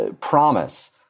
promise